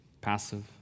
Passive